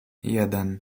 jeden